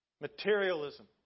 Materialism